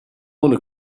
want